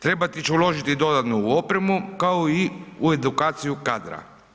Trebati će uložiti dodatno u opremu, kao i u edukaciju kadra.